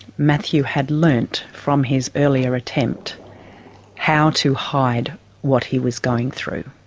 matthew had learnt from his earlier attempt how to hide what he was going through,